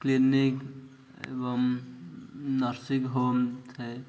clinic ଏବଂ nursing home ଥାଏ